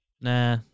Nah